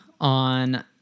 on